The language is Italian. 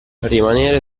rimanere